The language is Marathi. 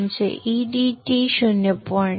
आमच्या edt 01